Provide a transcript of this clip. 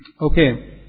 Okay